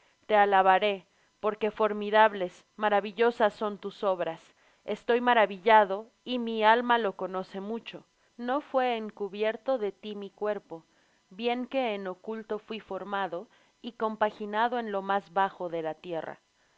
te alabaré porque formidables maravillosas son tus obras estoy maravillado y mi alma lo conoce mucho no fué encubierto de ti mi cuerpo bien que en oculto fuí formado y compaginado en lo más bajo de la tierra